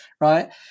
right